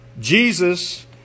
Jesus